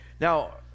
Now